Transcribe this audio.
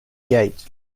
gate